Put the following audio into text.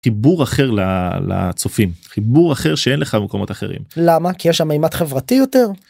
חיבור אחר לצופים חיבור אחר שאין לך במקומות אחרים למה כי יש שם מימד חברתי יותר.